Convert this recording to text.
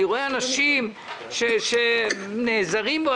אני רואה אנשים שנעזרים בו,